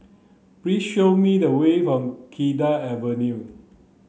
please show me the way for Cedar Avenue